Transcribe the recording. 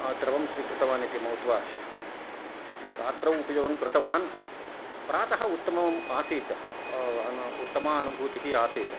द्रवं स्वीकृतवान् इति मौत् वाष् रात्रौ उपयोगं कृतवान् प्रातः उत्तमं आसीत् उत्तमा अनुभूतिः आसीत्